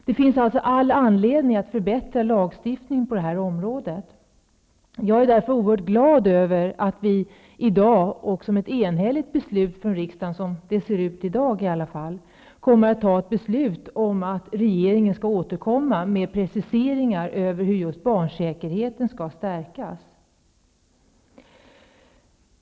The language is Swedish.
Det finns alltså all anledning att förbättra lagstiftningen på det här området. Jag är därför oerhört glad över att vi nu kommer att fatta ett enhälligt beslut om -- som det verkar i dag i alla fall -- att regeringen skall återkomma med preciseringar om hur barnsäkerheten skall stärkas.